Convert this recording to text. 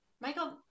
Michael